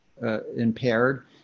impaired